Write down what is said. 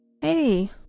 Hey